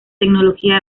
tecnología